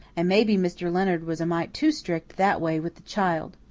and maybe mr. leonard was a mite too strict that way with the child.